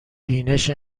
بینش